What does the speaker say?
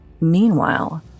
Meanwhile